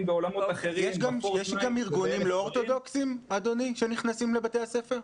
בעולמות אחרים --- יש גם ארגונים לא אורתודוכסים שנכנסים לבתי הספר?